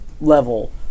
level